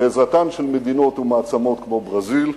בעזרתן של מדינות ומעצמות כמו ברזיל,